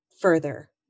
further